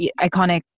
iconic